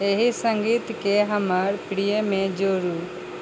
एहि सङ्गीतके हमर प्रियमे जोड़ू